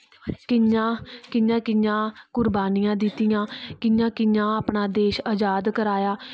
कि'यां कि'यां कि'यां कुर्वानियां दित्तियां कि'यां किं'या अपना देश आजाद कराया